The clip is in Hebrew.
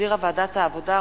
שהחזירה ועדת העבודה,